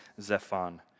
Zephon